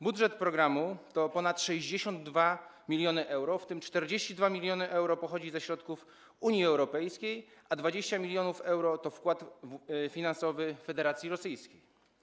Budżet programu wynosi ponad 62 mln euro, w tym 42 mln euro pochodzi ze środków Unii Europejskiej, a 20 mln euro stanowi wkład finansowy Federacji Rosyjskiej.